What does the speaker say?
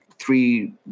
three